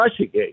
Russiagate